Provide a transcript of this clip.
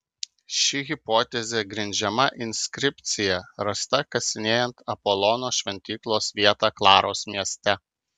ši hipotezė grindžiama inskripcija rasta kasinėjant apolono šventyklos vietą klaros mieste